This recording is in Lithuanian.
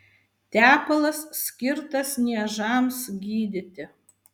tepalas skirtas niežams gydyti